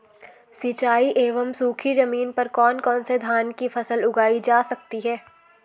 सिंचाई एवं सूखी जमीन पर कौन कौन से धान की फसल उगाई जा सकती है?